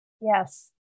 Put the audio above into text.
Yes